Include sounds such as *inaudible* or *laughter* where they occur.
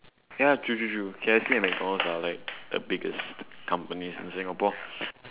ya true true true K_F_C and mcdonald's are like the biggest companies in singapore *breath*